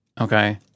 okay